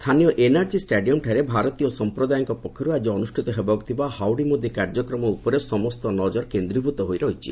ସ୍ଥାନୀୟ ଏନଆରଜି ଷ୍ଟାଡିୟମଠାରେ ଭାରତୀୟ ସମ୍ପ୍ରଦାୟଙ୍କ ପକ୍ଷରୁ ଆଜି ଅନୁଷ୍ଠିତ ହେବାକୁ ଥିବା ହାଉଡି ମୋଦୀ କାର୍ଯ୍ୟକ୍ରମ ଉପରେ ସମସ୍ତ ନଳର କେନ୍ଦ୍ରୀଭୂତ ହୋଇ ରହିଛି